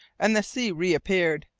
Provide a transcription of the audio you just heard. and the sea reappeared,